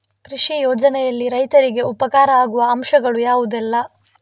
ಕೃಷಿ ಯೋಜನೆಯಲ್ಲಿ ರೈತರಿಗೆ ಉಪಕಾರ ಆಗುವ ಅಂಶಗಳು ಯಾವುದೆಲ್ಲ?